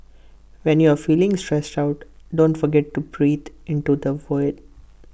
when you are feeling stressed out don't forget to breathe into the void